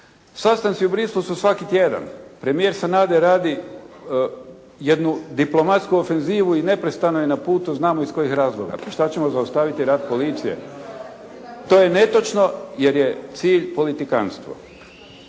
Sastanci u Bruxellesu su svaki tjedan. Premijer Sanader radi jednu diplomatsku ofenzivu i neprestano je na putu, znamo iz kojih razloga. Pa što ćemo zaustaviti rad policije, to je netočno jer je cilj politikanstvo.